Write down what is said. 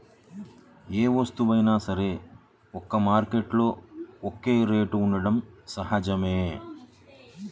ఏ వస్తువైనా సరే ఒక్కో మార్కెట్టులో ఒక్కో రేటు ఉండటం సహజమే